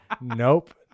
Nope